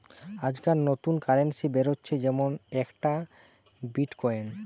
আজকাল নতুন কারেন্সি বেরাচ্ছে যেমন একটা বিটকয়েন